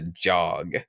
jog